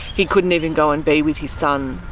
he couldn't even go and be with his son.